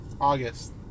August